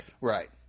Right